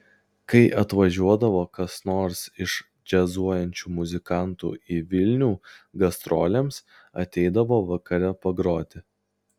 kai atvažiuodavo kas nors iš džiazuojančių muzikantų į vilnių gastrolėms ateidavo vakare pagroti